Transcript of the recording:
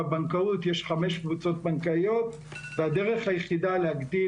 בבנקאות יש חמש קבוצות בנקאיות והדרך היחידה להגדיל